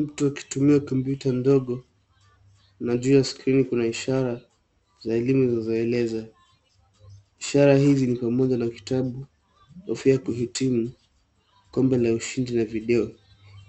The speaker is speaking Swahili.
Mtu akitumia kompyuta ndogo na juu ya skrini kuna ishara za elimu zinazoeleza. Ishara hizi ni pamoja na kitabu, kofia ya kuhitimu, kombe la ushindi na video.